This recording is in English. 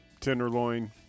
tenderloin